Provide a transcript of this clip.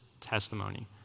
testimony